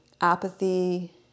Apathy